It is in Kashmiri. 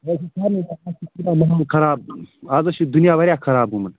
ہے سُہ چھُ سارِنٕے باسان ماحول خراب اَز حظ چھُ دُنیا وارِیاہ خراب گوٚمُت